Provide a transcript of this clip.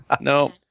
No